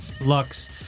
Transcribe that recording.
Lux